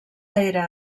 era